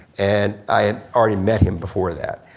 and i had already met him before that.